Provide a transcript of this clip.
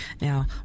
now